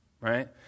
right